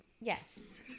Yes